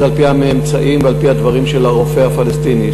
זה על-פי הממצאים ועל-פי הדברים של הרופא הפלסטיני,